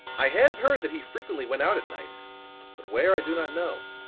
i have heard that he frequently went out at night but where i do not know.